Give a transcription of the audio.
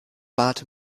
bad